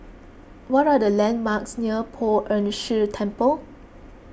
what are the landmarks near Poh Ern Shih Temple